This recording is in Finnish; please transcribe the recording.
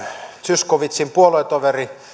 zyskowiczin puoluetoveri